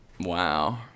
wow